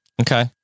Okay